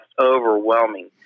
overwhelming